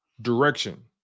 direction